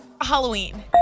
Halloween